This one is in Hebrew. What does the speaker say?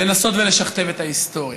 לנסות ולשכתב את ההיסטוריה.